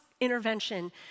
intervention